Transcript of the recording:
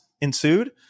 ensued